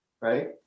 Right